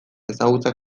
ezagutza